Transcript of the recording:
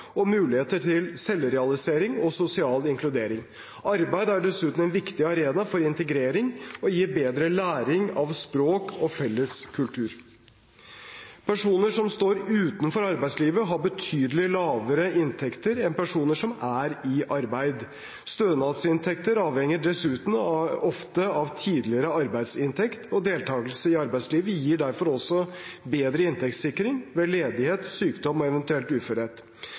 og muligheter til selvrealisering og sosial inkludering. Arbeid er dessuten en viktig arena for integrering og gir bedre læring av språk og felles kultur. Personer som står utenfor arbeidslivet, har betydelig lavere inntekter enn personer som er i arbeid. Stønadsinntekter avhenger dessuten ofte av tidligere arbeidsinntekt, og deltakelse i arbeidslivet gir derfor også bedre inntektssikring ved ledighet, sykdom og eventuell uførhet.